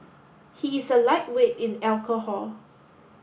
he is a lightweight in alcohol